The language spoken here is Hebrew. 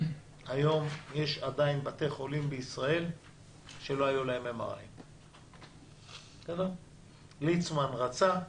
היום היו עדיין בתי חולים בישראל שלא היו להם MRI. ליצמן רצה,